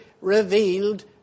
revealed